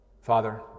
Father